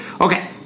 Okay